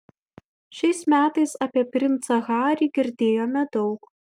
šiais metais apie princą harį girdėjome daug